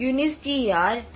யுனிஸ்டிஆர் D